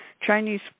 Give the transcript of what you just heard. Chinese